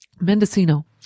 Mendocino